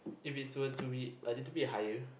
if it's were to be a little bit higher